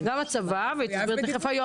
גם עבר בקריאה ראשונה.